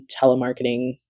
telemarketing